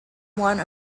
one